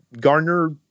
garner